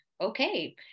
okay